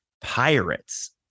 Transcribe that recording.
Pirates